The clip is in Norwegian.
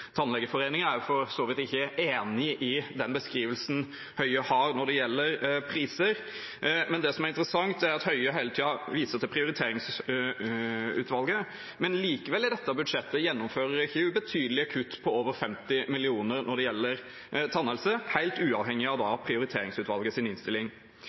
er jo for så vidt ikke enig i den beskrivelsen Høie har når det gjelder priser. Men det som er interessant, er at Høie hele tiden viser til prioriteringsutvalget, men likevel gjennomfører ikke ubetydelige kutt i dette budsjettet, på over 50 mill. kr, når det gjelder tannhelse, og da helt uavhengig av prioriteringsutvalgets innstilling.